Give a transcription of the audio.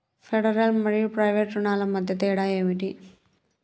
Federal మరియు private రుణాల మధ్య తేడా ఏమిటి?